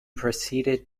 preceded